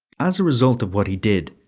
as a result of what he did,